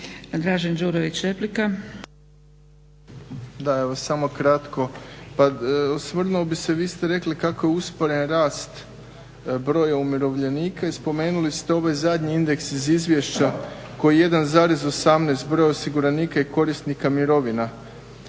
Dražen (HDSSB)** Da, evo samo kratko. Pa osvrnuo bih se, vi ste rekli kako je usporen rast broja umirovljenika i spomenuli ste ovaj zadnji indeks iz izvješća koji je 1,18 broj osiguranika i korisnika mirovina.